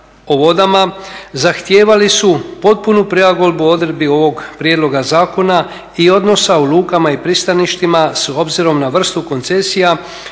zahtijevali su potpunu prilagodbu odredbi ovog prijedloga zakona i odnosa u lukama i pristaništima s obzirom na vrstu koncesija